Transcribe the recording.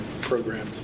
program